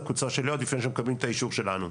על קוצו של יוד עוד לפני שמקבלים את האישור שלנו.